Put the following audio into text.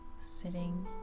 sitting